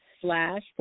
slash